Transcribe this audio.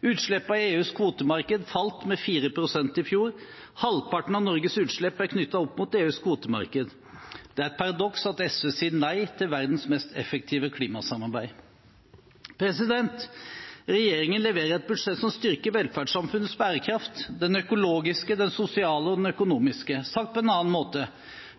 EUs kvotemarked falt med 4 pst. i fjor. Halvparten av Norges utslipp er knyttet opp mot EUs kvotemarked. Det er et paradoks at SV sier nei til verdens mest effektive klimasamarbeid. Regjeringen leverer et budsjett som styrker velferdssamfunnets bærekraft, både den økologiske, den sosiale og den økonomiske. Sagt på en annen måte: